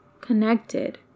connected